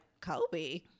Kobe